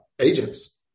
agents